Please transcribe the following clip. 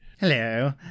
Hello